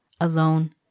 alone